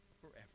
forever